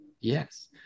Yes